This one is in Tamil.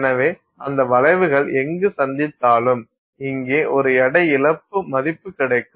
எனவே அந்த வளைவுகள் எங்கு சந்தித்தாலும் இங்கே ஒரு எடை இழப்பு மதிப்பு கிடைக்கும்